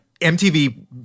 MTV